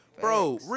Bro